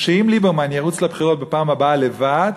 שאם ליברמן ירוץ לבחירות בפעם הבאה לבד,